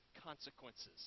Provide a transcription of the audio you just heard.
consequences